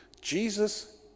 Jesus